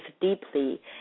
deeply